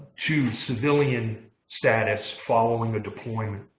to civilian status following the deployment.